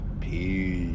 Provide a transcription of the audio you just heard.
peace